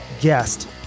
guest